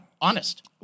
Honest